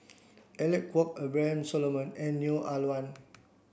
Alec Kuok Abraham Solomon and Neo Ah Luan